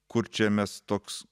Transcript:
kur čia mes toks